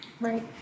Right